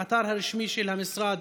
האתר הרשמי של המשרד